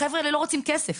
החבר'ה האלה לא רוצים כסף,